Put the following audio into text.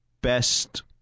best